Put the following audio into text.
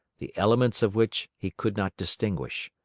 the elements of which he could not distinguish.